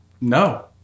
no